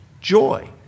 joy